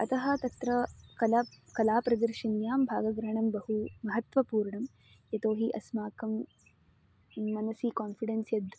अतः तत्र कला कलाप्रदर्शिन्यां भागग्रहणं बहु महत्वपूर्णं यतो हि अस्माकं मनसि कान्फ़िडेन्स् यद्